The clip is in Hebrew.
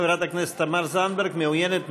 חברת הכנסת תמר זנדברג, מעוניינת?